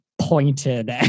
pointed